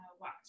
Watch